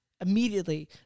immediately